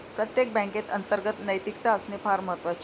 प्रत्येक बँकेत अंतर्गत नैतिकता असणे फार महत्वाचे आहे